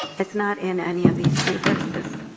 it's not in any of these three verses.